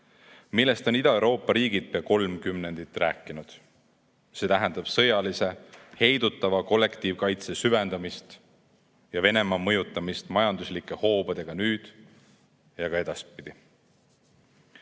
millest on Ida-Euroopa riigid pea kolm kümnendit rääkinud. See tähendab sõjalise heidutava kollektiivkaitse süvendamist ja Venemaa mõjutamist majanduslike hoobadega nüüd ja ka edaspidi. Paljud